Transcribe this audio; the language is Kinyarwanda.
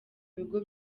bigo